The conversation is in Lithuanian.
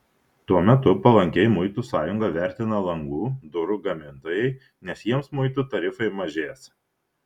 tuo metu palankiai muitų sąjungą vertina langų durų gamintojai nes jiems muitų tarifai mažės